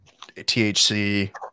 THC